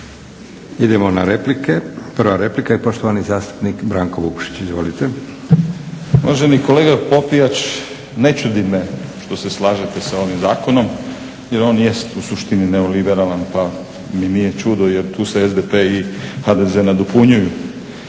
Idemo na replike. Prva replika i poštovani zastupnik Branko Vukšić, izvolite. **Vukšić, Branko (Hrvatski laburisti - Stranka rada)** Uvaženi kolega Popijač, ne čudi me što se slažete sa ovim zakonom jer on jest u suštini neoliberalan, pa mi nije čudo jer tu se SDP i HDZ nadopunjuju.